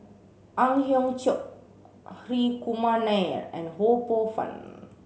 Ang Hiong Chiok Hri Kumar Nair and Ho Poh Fun